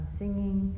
singing